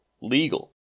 Legal